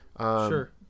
Sure